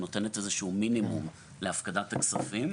שנותנת איזה שהוא מינימום להפקדת הכספים.